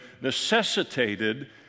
necessitated